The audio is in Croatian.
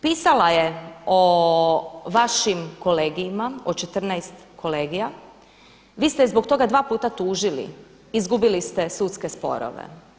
Pisala je o vašim kolegijima, o 14 kolegija vi ste je zbog toga dva puta tužili i izgubili ste sudske sporove.